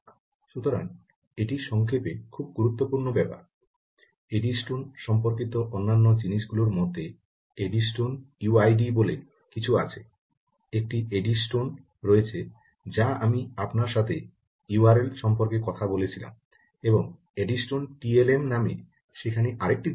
সুতরাং এইটি সংক্ষেপে খুব গুরুত্বপূর্ণ ব্যাপার এডিস্টোন সম্পর্কিত অন্যান্য জিনিসগুলির মধ্যে এডিস্টোন ইউআইডি বলে কিছু আছে একটি এডিস্টোন রয়েছে যা আমি আপনার সাথে ইউআরএল সম্পর্কে কথা বলেছিলাম এবং এডিস্টোন টিএলএম নামে সেখানে আরেকটি জিনিস আছে